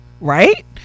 Right